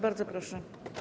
Bardzo proszę.